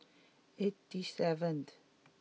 eighty seventh